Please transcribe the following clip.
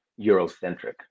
Eurocentric